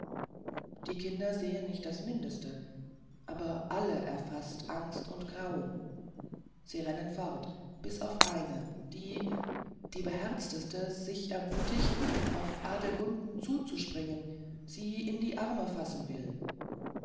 die kinder sehen nicht das mindeste aber alle erfaßt angst und grauen sie rennen fort bis auf eine die die beherzteste sich ermutigt auf adelgunden zuspringt sie in die arme fassen will